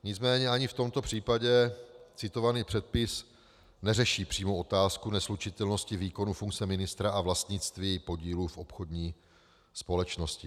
Nicméně ani v tomto případě citovaný předpis neřeší přímou otázku neslučitelnosti výkonu funkce ministra a vlastnictví podílu v obchodní společnosti.